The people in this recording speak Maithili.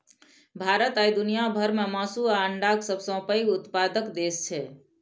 भारत आइ दुनिया भर मे मासु आ अंडाक सबसं पैघ उत्पादक देश छै